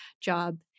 job